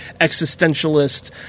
existentialist